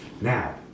Now